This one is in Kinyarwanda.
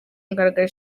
mugaragaro